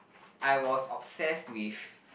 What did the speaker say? I was obsessed with